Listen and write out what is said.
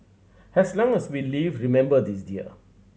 as long as we live remember this dear